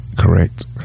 correct